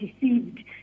deceived